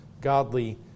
godly